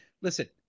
Listen